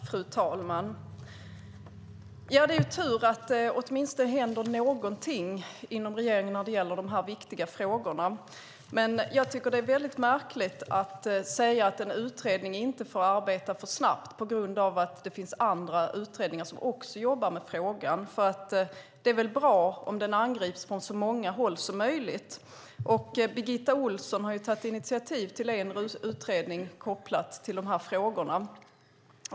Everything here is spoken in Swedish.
Fru talman! Det är tur att det åtminstone händer någonting i regeringen när det gäller de här viktiga frågorna. Jag tycker att det är mycket märkligt att säga att en utredning inte får arbeta för snabbt på grund av att det finns andra utredningar som också jobbar med frågan. Det är väl bra om den angrips från så många håll som möjligt. Birgitta Ohlsson har tagit initiativ till en utredning som är kopplad till de här frågorna.